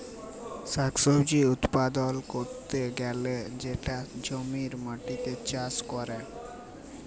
শাক সবজি উৎপাদল ক্যরতে গ্যালে সেটা জমির মাটিতে চাষ ক্যরে